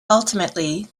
ultimately